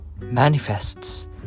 manifests